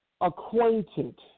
acquainted